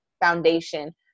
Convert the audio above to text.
foundation